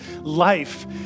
life